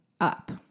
up